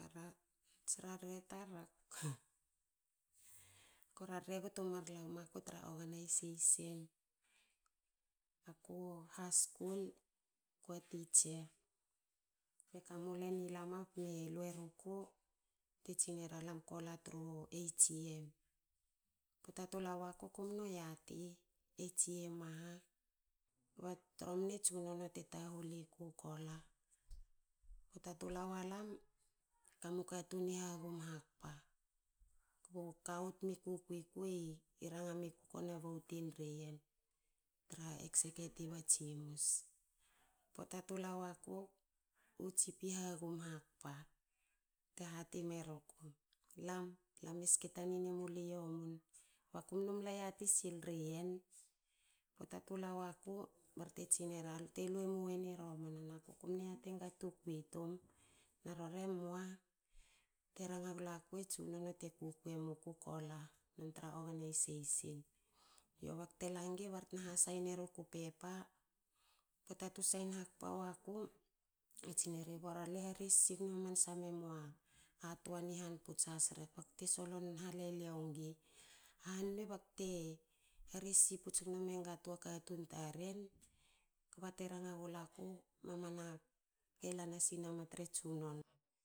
Tsra re tar ko rarre gu tumar la womaku tra organisation. Aku has skul akua titsia. E kamu len i lama tme lue ruku bte tsinera lam kola tru agm. Pota tula waku ku mnu yati agm aha. Kba tromna tsunono te tahul iku kola. Pota tula waku. kamu katun i hagum hakpa. U kawu ti kukui ku ranga mi ku kona votin riyen tra ekseketiv a tsimus. Pota tu la waku. u cheif i hagum hakpa. bte hati meruku lam e ske tanin e mulu i yomun. Kba ku nmu mla yati sil riyen. Pota tula waku. barte tsinera. lelue muen i romana. na ku, ku mne yatenga tukwi tum. Na rori e mua. Te ranga glaku tsunono te kukwe mukuko la non tra organisation. Yo bak na la ngi btna hasi eruku u pepa. Pota tu sain hakpa waku. e tsineri. bora lue ha ressi gno hamansa memua a tua ni han puts rke. Bakte solon halelio ngi. ha nue bakte ha res si puts mega toa katun taren? Kba te ranga glaku. mamana ka ela nasi nama tre tsunono